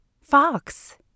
Fox